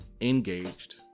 engaged